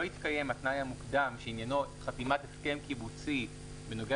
יתקיים התנאי המוקדם שעניינו חתימת הסכם קיבוצי בנוגע